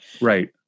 Right